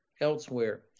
elsewhere